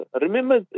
Remember